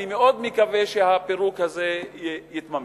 אני מאוד מקווה שהפירוק הזה יתממש.